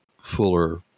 fuller